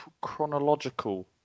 chronological